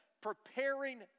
preparing